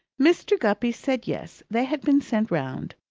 mr. guppy said yes, they had been sent round,